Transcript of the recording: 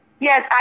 Yes